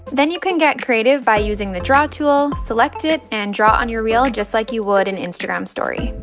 then you can get creative by using the draw tool, select it and draw on your reel just like you would an instagram story,